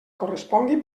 correspongui